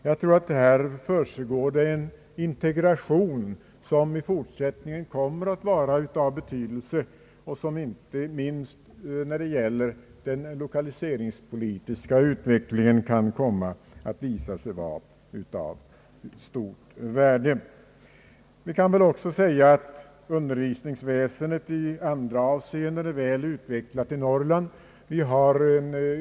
Den integration som försiggår där kommer i fortsättningen att vara av betydelse, inte minst när det gäller den lIokaliseringspolitiska utvecklingen. Det kan väl också sägas att undervisningsväsendet i andra avseenden: är väl utvecklat i Norrland.